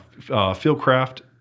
Fieldcraft